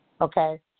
Okay